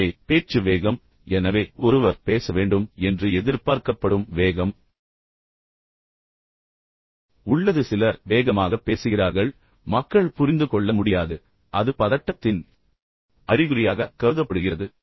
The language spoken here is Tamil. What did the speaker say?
எனவே பேச்சு வேகம் எனவே ஒருவர் பேச வேண்டும் என்று எதிர்பார்க்கப்படும் வேகம் உள்ளது சிலர் வேகமாக பேசுகிறார்கள் பின்னர் மக்கள் புரிந்து கொள்ள முடியாது பின்னர் அது பதட்டத்தின் அறிகுறியாக கருதப்படுகிறது